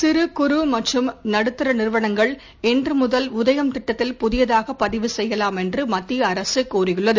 சிறு குறு மற்றும் நடுத்தர நிறுவனங்கள் இன்று முதல் உதயம் திட்டத்தில் புதியதாக பதிவு செய்யலாம் என்று மத்திய அரசு தெரிவித்துள்ளது